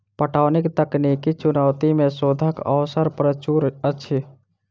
पटौनीक तकनीकी चुनौती मे शोधक अवसर प्रचुर अछि